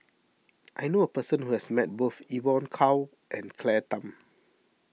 I knew a person who has met both Evon Kow and Claire Tham